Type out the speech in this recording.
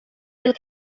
del